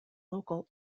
local